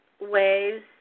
ways